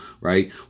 right